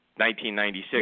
1996